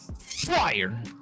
fire